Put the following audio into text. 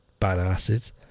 badasses